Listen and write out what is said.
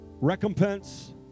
recompense